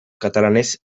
katalanez